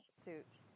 suits